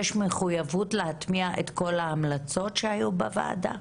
יש מחויבות להטמיע את כל ההמלצות שהיו בוועדה?